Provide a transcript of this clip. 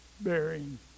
Bearing